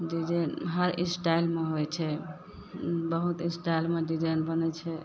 जे जे हर स्टाइलमे होइ छै बहुत स्टाइलमे डिजाइन बनय छै